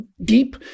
deep